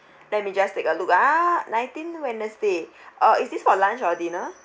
let me just take a look ah nineteen wednesday uh is this for lunch or dinner